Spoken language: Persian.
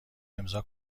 امضاء